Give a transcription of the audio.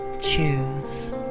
CHOOSE